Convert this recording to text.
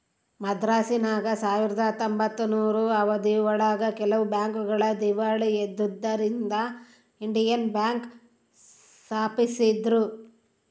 ಮದ್ರಾಸಿನಾಗ ಸಾವಿರದ ಹತ್ತೊಂಬತ್ತನೂರು ಅವಧಿ ಒಳಗ ಕೆಲವು ಬ್ಯಾಂಕ್ ಗಳು ದೀವಾಳಿ ಎದ್ದುದರಿಂದ ಇಂಡಿಯನ್ ಬ್ಯಾಂಕ್ ಸ್ಪಾಪಿಸಿದ್ರು